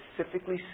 specifically